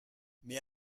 mais